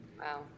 wow